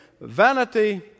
vanity